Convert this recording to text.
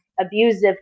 abusive